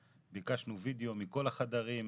ביקשנו וידיאו מכל החדרים,